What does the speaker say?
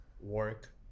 work